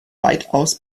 weitaus